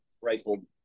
Rifle